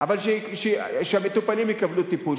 אבל שהמטופלים יקבלו טיפול,